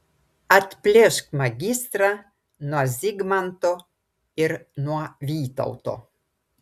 atplėšk magistrą nuo zigmanto ir nuo vytauto